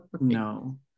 no